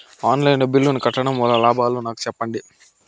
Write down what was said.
On line బిల్లుల ను కట్టడం వల్ల లాభాలు నాకు సెప్పండి?